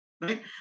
Right